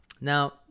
Now